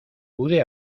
pude